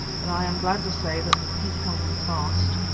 but i am glad to say that the peat held him fast.